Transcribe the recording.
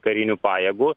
karinių pajėgų